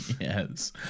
Yes